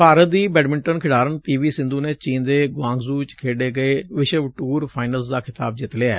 ਭਾਰਤ ਦੀ ਬੈਡਮਿੰਟਨ ਖਿਡਾਰਨ P V Sindhu ਨੇ ਚੀਨ ਦੇ ਗੁਆਂਗਸੁ ਚ ਖੇਡੇ ਗਏ ਵਿਸ਼ਵ ਟੂਰ ਫਾਈਨਲਜ਼ ਦਾ ਖਿਤਾਬ ਜਿੱਤ ਲਿਐ